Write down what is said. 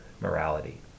morality